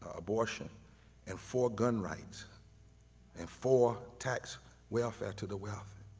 abortion and for gun rights and for tax welfare to the wealthy,